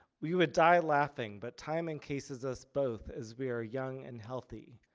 we would die laughing but timing cases as both is very young and healthy.